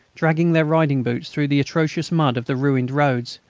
dragging their riding boots through the atrocious mud of the ruined roads,